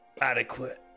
adequate